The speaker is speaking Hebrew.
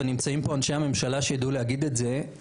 ונמצאים פה אנשי הממשלה שידעו להגיד את זה,